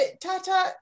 Tata